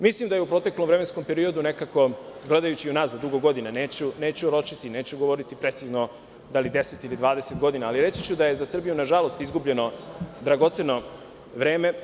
Mislim da je u proteklom vremenskom periodu, gledajući unazad dugo godina, neću govoriti precizno da li 10 ili 20 godina, ali reći ću da je za Srbiju na žalost izgubljeno dragoceno vreme.